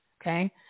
okay